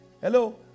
Hello